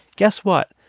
guess what?